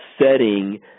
setting